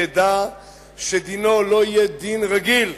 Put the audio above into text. ידע שדינו לא יהיה דין רגיל,